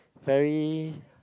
very